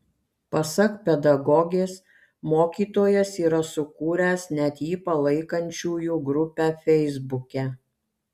pasak pedagogės mokytojas yra sukūręs net jį palaikančiųjų grupę feisbuke